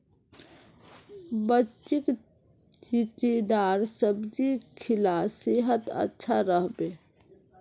बच्चीक चिचिण्डार सब्जी खिला सेहद अच्छा रह बे